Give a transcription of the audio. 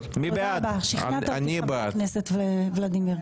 שכנעת אותי, חבר הכנסת ולדימיר.